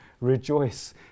rejoice